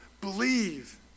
Believe